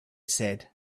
said